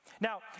Now